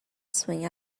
swing